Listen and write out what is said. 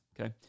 Okay